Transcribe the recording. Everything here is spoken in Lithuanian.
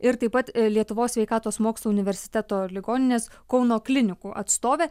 ir taip pat lietuvos sveikatos mokslų universiteto ligoninės kauno klinikų atstovė